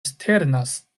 sternas